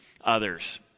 others